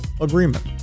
agreement